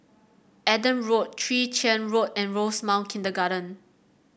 Adam Road Chwee Chian Road and Rosemount Kindergarten